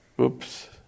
Oops